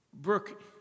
Brooke